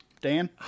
Dan